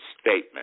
statement